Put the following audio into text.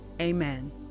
amen